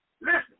Listen